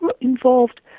involved